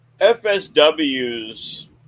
FSW's